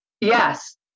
Yes